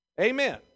Amen